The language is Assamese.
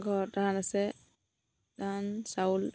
ঘৰত ধান আছে ধান চাউল